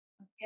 Okay